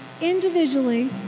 individually